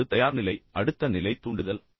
எனவே அது தயார்நிலை அடுத்த நிலை தூண்டுதல்